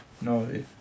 No